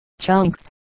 chunks